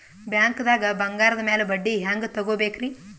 ಬ್ಯಾಂಕ್ದಾಗ ಬಂಗಾರದ್ ಮ್ಯಾಲ್ ಬಡ್ಡಿ ಹೆಂಗ್ ತಗೋಬೇಕ್ರಿ?